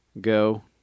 go